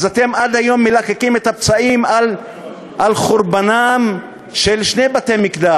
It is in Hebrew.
אז אתם עד היום מלקקים את הפצעים על חורבנם של שני בתי-מקדש,